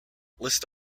list